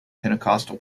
pentecostal